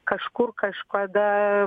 kažkur kažkada